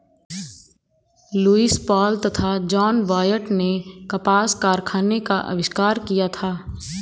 Lewis Paul तथा John Wyatt ने कपास कारखाने का आविष्कार किया था